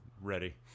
ready